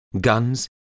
guns